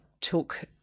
took